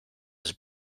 his